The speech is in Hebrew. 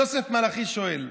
יוסף מלאכי שואל: